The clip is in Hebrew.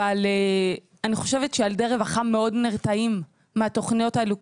אבל אני חושבת שילדי רווחה מאוד נרתעים מהתוכניות האלו.